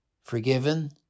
forgiven